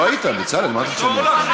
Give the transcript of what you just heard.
לא היית, בצלאל, מה אתה רוצה ממני?